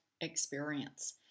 experience